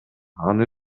аны